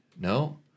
No